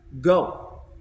Go